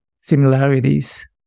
similarities